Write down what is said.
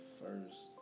first